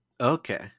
okay